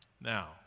Now